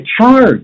charge